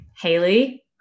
Haley